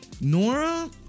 Nora